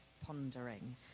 pondering